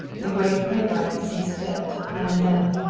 the great playwright sees fit, now and then,